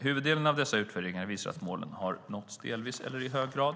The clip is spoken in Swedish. Huvuddelen av dessa utvärderingar visar att målen hade nåtts delvis eller i hög grad.